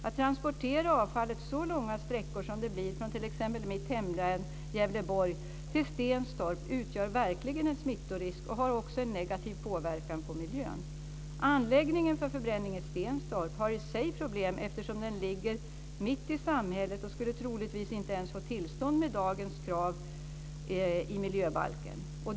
Att transportera avfallet så långa sträckor som det blir från t.ex. mitt hemlän Gävleborg till Stenstorp utgör verkligen en smittorisk och har också en negativ påverkan på miljön. Anläggningen för förbränning i Stenstorp har i sig problem, eftersom den ligger mitt i samhället. Den skulle troligtvis inte ens få tillstånd med dagens krav i miljöbalken.